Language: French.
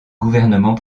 gouvernement